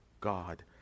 God